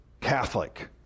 Catholic